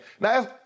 now